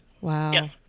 Wow